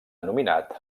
nominat